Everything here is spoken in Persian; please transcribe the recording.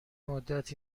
مدت